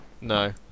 no